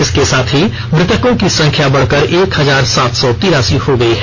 इसके साथ ही मृतकों की संख्या बढकर एक हजार सात सौ तेरासी हो गई है